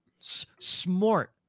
Smart